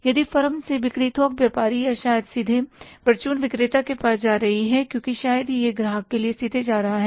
यदि फर्म से बिक्री थोक व्यापारी या शायद सीधे परचून विक्रेता के पास जा रही है क्योंकि शायद ही यह ग्राहक के लिए सीधे जा रहा है